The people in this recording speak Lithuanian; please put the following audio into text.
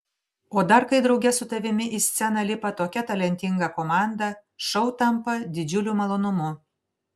o dar kai drauge su tavimi į sceną lipa tokia talentinga komanda šou tampa didžiuliu malonumu